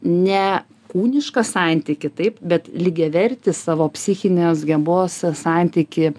ne kūnišką santykį taip bet lygiavertį savo psichinės gebos santykį